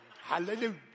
Hallelujah